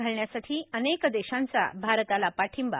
घालण्यासाठी अनेक देशांचा भारताला पाठिंबा